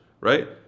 right